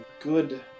good